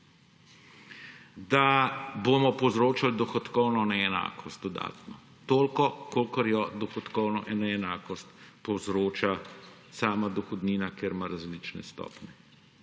da bomo povzročili dohodkovno neenakost dodatno, toliko, kolikor jo dohodkovna neenakost povzroča sama dohodnina, ker ima različne stopnje.